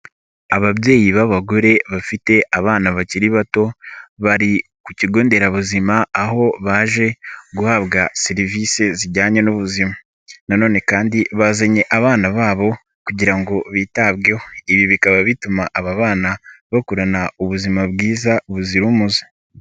Ababyeyi b'abagore bafite abana bakiri bato, bari ku kigo nderabuzima aho baje guhabwa serivisi zijyanye n'ubuzima na none bazanye abana babo kugira ngo bitabweho. Ibi bikaba bituma aba bakurana ubuzima bwiza buzira umuze.